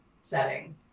setting